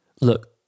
Look